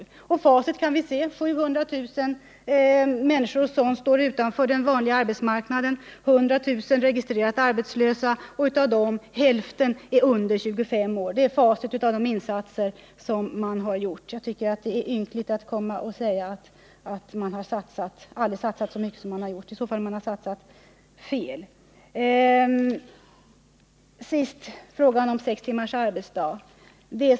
Facit kan vi se: 700 000 människor som står utanför den vanliga arbetsmarknaden, 100 000 registrerade arbetslösa — och av dem är hälften under 25 år. Det är facit av de insatser man gjort. Jag tycker det är ynkligt att man säger att det aldrig satsats så mycket som nu. I så fall har man satsat fel. Sist frågan om sextimmarsarbetsdagen!